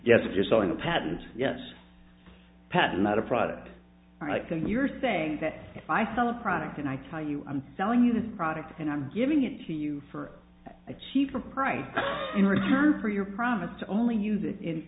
yes if you're selling a patent yes pattern not a product right then you're saying that if i sell a product and i tell you i'm selling you the product and i'm giving it to you for a cheaper price in return for your promise to only use it in